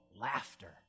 laughter